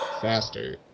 faster